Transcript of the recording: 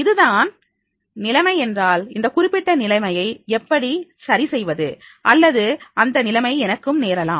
இதுதான் நிலைமை என்றால் அந்த குறிப்பிட்ட நிலைமையை எப்படி சரி செய்வது அல்லது அந்த நிலைமை எனக்கும் நேரலாம்